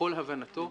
ככל הבנתו.